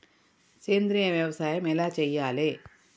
సేంద్రీయ వ్యవసాయం ఎలా చెయ్యాలే?